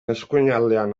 eskuinaldean